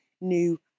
new